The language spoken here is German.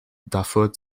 dafür